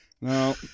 no